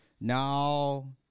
no